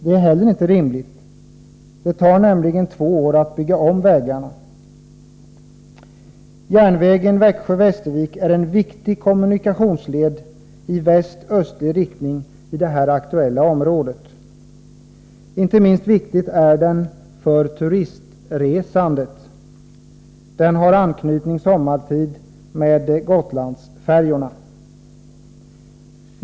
Det är heller inte rimligt. Det tar nämligen två år att bygga om vägarna. Järnvägen Växjö-Västervik är en viktig kommunikationsled i väst-östlig riktning i det aktuella området. Inte minst viktig är den för turistresandet. Den har anknytning sommartid till Gotlandsfärjorna.